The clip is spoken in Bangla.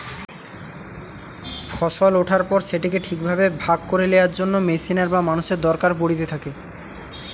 ফসল ওঠার পর সেটিকে ঠিক ভাবে ভাগ করে লেয়ার জন্য মেশিনের বা মানুষের দরকার পড়িতে থাকে